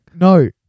No